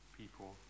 people